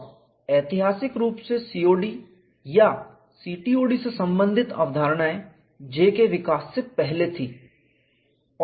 और ऐतिहासिक रूप से COD या CTOD से संबंधित अवधारणाएं J के विकास से पहले थीं